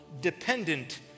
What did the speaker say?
dependent